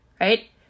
right